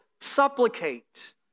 supplicate